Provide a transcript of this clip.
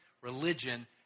religion